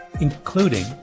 including